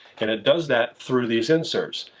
and it does that through these inserts.